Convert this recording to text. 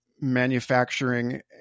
Manufacturing